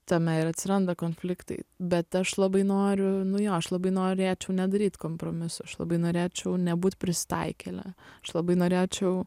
tame ir atsiranda konfliktai bet aš labai noriu nu jo aš labai norėčiau nedaryt kompromisų aš labai norėčiau nebūt prisitaikėle aš labai norėčiau